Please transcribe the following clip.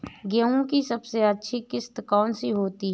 गेहूँ की सबसे अच्छी किश्त कौन सी होती है?